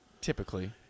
typically